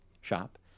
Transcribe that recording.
shop